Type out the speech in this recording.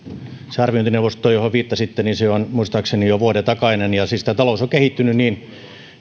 se arviointineuvosto johon viittasitte on muistaakseni jo vuoden takainen ja talous on siis kehittynyt niin